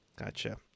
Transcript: Gotcha